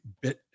bit